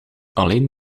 alleen